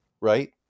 Right